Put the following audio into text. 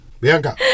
Bianca